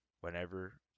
whenever